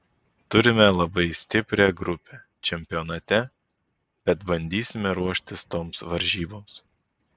turime labai stiprią grupę čempionate bet bandysime ruoštis toms varžyboms